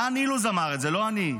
דן אילוז אמר את זה, לא אני: